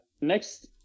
Next